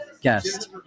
guest